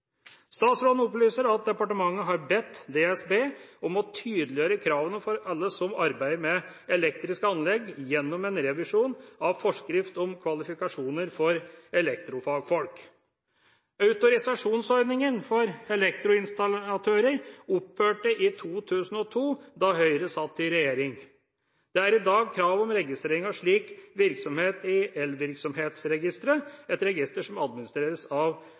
Statsråden opplyser at departementet har bedt DSB om å tydeliggjøre kravene for alle som arbeider med elektriske anlegg, gjennom en revisjon av forskrift om kvalifikasjoner for elektrofagfolk. Autorisasjonsordningen for elektroinstallatører opphørte i 2002, da Høyre satt i regjering. Det er i dag krav om registrering av slik virksomhet i Elvirksomhetsregisteret, et register som administreres av